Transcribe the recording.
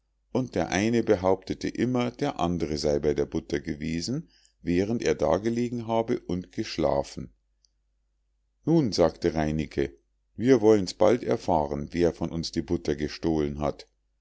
und der eine behauptete immer der andre sei bei der butter gewesen während er da gelegen habe und geschlafen nun sagte reineke wir wollen's bald erfahren wer von uns die butter gestohlen hat